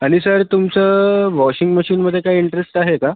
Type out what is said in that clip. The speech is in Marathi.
आणि सर तुमचं वॉशिंग मशीनमध्ये काही इंटरेस्ट आहे का